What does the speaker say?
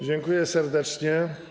Dziękuję serdecznie.